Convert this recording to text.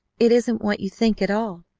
it isn't what you think at all.